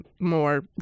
more